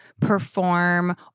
perform